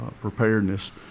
preparedness